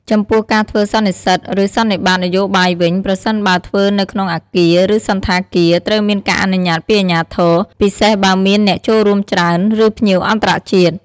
ចំពោះការធ្វើសន្និសិទ ឬសន្និបាតនយោបាយវិញ ប្រសិនបើធ្វើនៅក្នុងអាគារ ឬសណ្ឋាគារ ត្រូវមានការអនុញ្ញាតពីអាជ្ញាធរ ពិសេសបើមានអ្នកចូលរួមច្រើន ឬភ្ញៀវអន្តរជាតិ។